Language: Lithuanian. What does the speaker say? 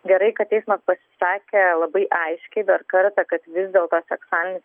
gerai kad teismas pasisakė labai aiškiai dar kartą kad vis dėlto seksualinis priekabiavimas